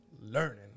learning